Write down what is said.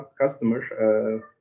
customers